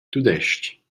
tudestg